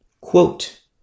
quote